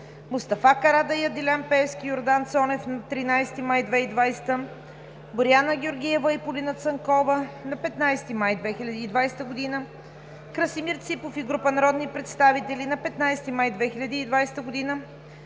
Мустафа Карадайъ, Делян Пеевски и Йордан Цонев на 13 май 2020 г.; Боряна Георгиева и Полина Цанкова на 15 май 2020 г.; Красимир Ципов и група народни представители на 15 май 2020 г.;